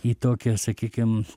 į tokią sakykim